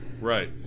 right